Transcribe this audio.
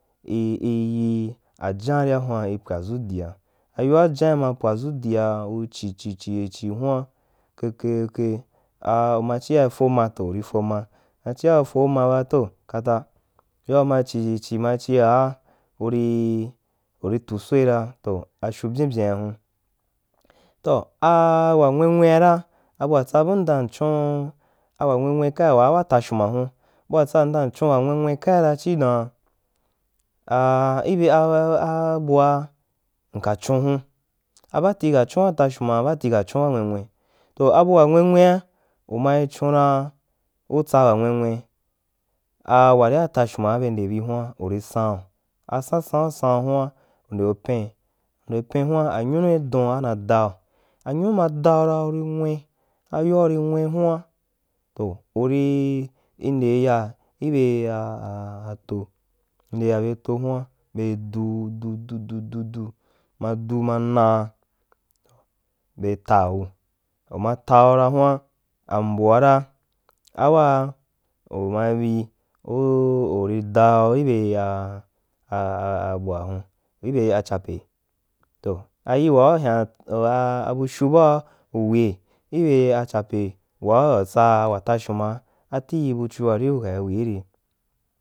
Íí yi ayam ria huan i pwadʒa dia ayoa ajan ma pwa dʒu dia u chi chi chi chi huan ke ke ke ke a uma dia i foma, to uri fo ma ma chik i founa ba to kata yoa uma chi chi chi ma chia uri uri tuu soi ra to afyu byim byia hun, toh a wa nwe nwe a ra bua tsa bum ndan m chon wa mve-n we kai waa wa tashu ma hun, bua tsa mdan m chon wu nwe nwe kai ra chii dan a a ibe a aabua mka chun hun a baati ka chun watashifi ma baati ka chun wanwe nwin, toh abuwa nwe nwe a umai chun ra u tsa wa nwe mwe a waria lashumaa be ndebi huan uri saun a sansana u sarun huan u ndeu pein ndeu peīn huan anyunu i doran na dau anyunu ma dau ra uri nwe ayoa uri nwe huan, toh uri i nde i ya ibe a a toh unde ya ɓe, toh huan bei duu du du du du du ma duu ma baa be taa gole uma tau ra huan ambu a ra a waa umai be u uri dau i be a abua hun ibe chape, toh ayi wa uhyan u a abufyu baa u me ibe a chape waa u tsa wa tashuma atii bufyu ari ukai weire.